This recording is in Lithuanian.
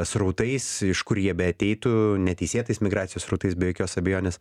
srautais iš kur jie beateitų neteisėtais migracijos srautais be jokios abejonės